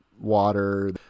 water